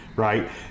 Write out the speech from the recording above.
right